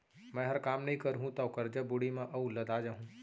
मैंहर काम नइ करहूँ तौ करजा बोड़ी म अउ लदा जाहूँ